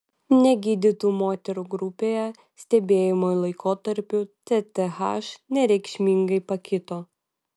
negydytų moterų grupėje stebėjimo laikotarpiu tth nereikšmingai pakito